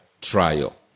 trial